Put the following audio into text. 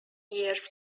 years